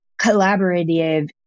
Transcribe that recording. collaborative